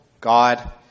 God